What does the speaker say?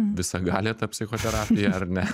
visagalė ta psichoterapija ar ne